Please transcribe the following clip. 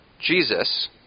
Jesus